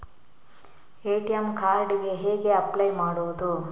ATM card ಗೆ ಹೇಗೆ apply ಮಾಡುವುದು?